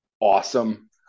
awesome